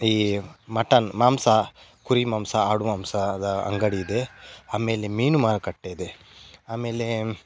ಈ ಮಟನ್ ಮಾಂಸ ಕುರಿ ಮಾಂಸ ಆಡು ಮಾಂಸದ ಅಂಗಡಿ ಇದೆ ಆಮೇಲೆ ಮೀನು ಮಾರುಕಟ್ಟೆ ಇದೆ ಆಮೇಲೆ